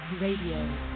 Radio